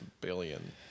billion